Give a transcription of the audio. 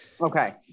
Okay